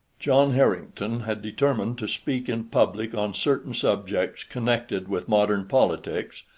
john harrington had determined to speak in public on certain subjects connected with modern politics,